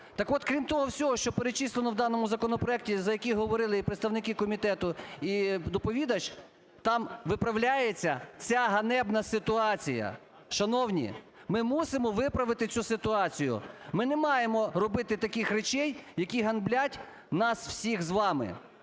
Так от, крім того всього, що перечислено в даному законопроекті, за які говорили і представники комітету, і доповідач, там виправляється ця ганебна ситуація. Шановні, ми мусимо виправити цю ситуацію. Ми не маємо робити таких речей, які ганьблять нас всіх з вами.